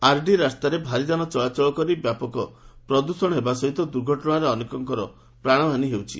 ଆରଡ଼ି ରାସ୍ତାରେ ଭାରିଯାନ ଚଳାଚଳ କରି ବ୍ୟାପକ ପ୍ରଦ୍ୟଷଣ ହେବା ସହିତ ଦୁର୍ଘଟଣାରେ ଅନେକଙ୍କ ପ୍ରାଶହାନୀ ହେଉଛି